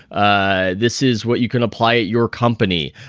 ah this is what you can apply at your company.